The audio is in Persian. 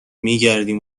میگردیم